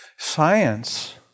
Science